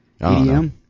EDM